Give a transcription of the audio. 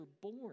born